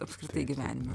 apskritai gyvenime